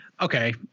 Okay